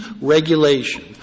regulation